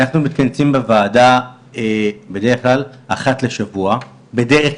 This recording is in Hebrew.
אנחנו מתכנסים בוועדה בדרך כלל אחת לשבוע.